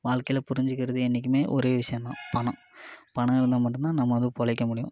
வாழ்க்கையில புரிஞ்சிக்கிறது என்றைக்குமே ஒரே விஷயம் தான் பணம் பணம் இருந்தால் மட்டும் தான் நம்ம வந்து பொழைக்க முடியும்